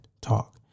talk